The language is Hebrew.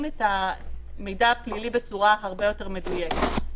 את המידע הפלילי בצורה הרבה יותר מדויקת.